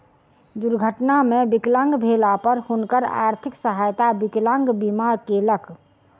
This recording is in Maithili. दुर्घटना मे विकलांग भेला पर हुनकर आर्थिक सहायता विकलांग बीमा केलक